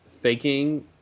faking